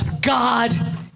God